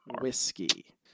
Whiskey